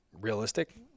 realistic